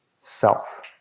self